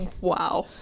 Wow